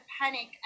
panic